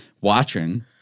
watching